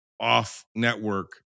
off-network